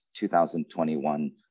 2021